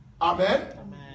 Amen